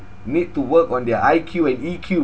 need to work on their I_Q and E_Q